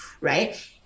right